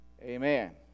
Amen